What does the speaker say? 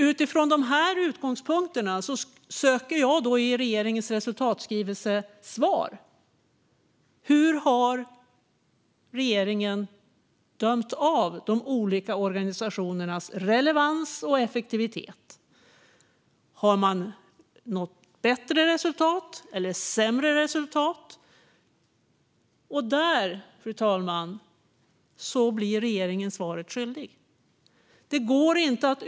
Utifrån dessa utgångspunkter söker jag svar i regeringens resultatskrivelser. Hur har regeringen dömt av de olika organisationernas relevans och effektivitet? Har man nått bättre eller sämre resultat? Där blir regeringen svaret skyldig.